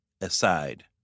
aside